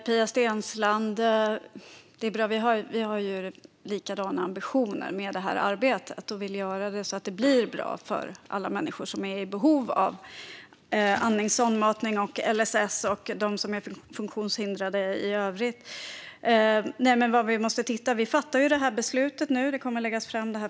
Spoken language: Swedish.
Fru talman! Vi har likadana ambitioner med det här arbetet. Vi vill göra det så att det blir bra för alla människor som är i behov av andning, sondmatning och LSS och som är funktionshindrade i övrigt. Vi fattar nu det här beslutet. Förslaget kommer att läggas fram.